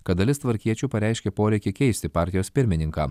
kad dalis tvarkiečių pareiškė poreikį keisti partijos pirmininką